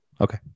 Okay